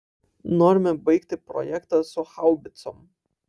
norime baigti projektą su haubicom